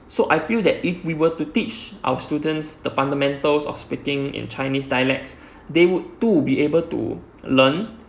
so I feel that if we were to teach our students the fundamentals of speaking in chinese dialects they would too able to learn